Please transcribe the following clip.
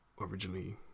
originally